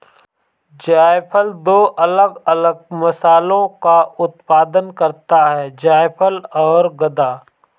जायफल दो अलग अलग मसालों का उत्पादन करता है जायफल और गदा